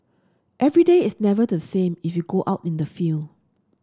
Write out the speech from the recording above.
every day is never the same if you go out in the field